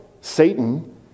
Satan